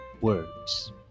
words